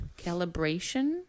Calibration